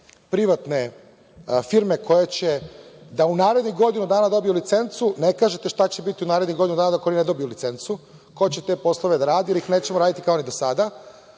privatne firme koje će u narednih godinu dana da dobiju licencu. Ne kažete šta će biti u narednih godinu dana dok oni ne dobiju licencu, ko će te poslove da radi ili ih nećemo raditi kao ni do sada.